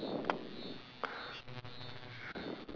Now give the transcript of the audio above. no it's still usable and feasible